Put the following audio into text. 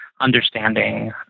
understanding